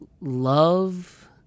love